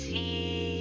See